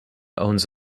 owns